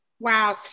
Wow